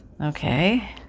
Okay